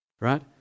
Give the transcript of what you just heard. right